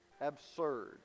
absurd